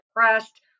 depressed